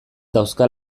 dauzka